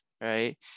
right